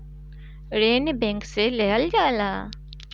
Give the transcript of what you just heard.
ऋण बैंक से लेहल जाला